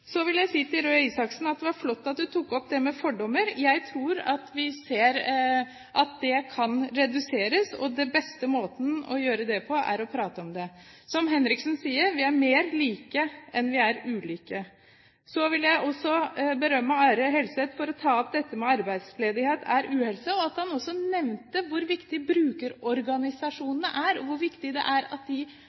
Så vil jeg si til Røe Isaksen at det var flott at han tok opp det med fordommer. Jeg tror at dette kan reduseres, og den beste måten å gjøre det på, er å prate om det. Som Kari Henriksen sier: Vi er mer like enn vi er ulike. Så vil jeg også berømme og ære Helseth for å ta opp dette med at arbeidsledighet er «uhelse». Han nevnte også hvor viktig brukerorganisasjonene er, og hvor viktig det er at de